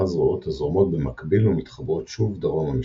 זרועות הזורמות במקביל ומתחברות שוב דרומה משם.